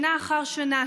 שנה אחר שנה,